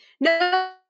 No